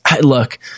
Look